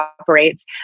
operates